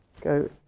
go